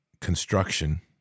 construction